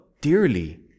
dearly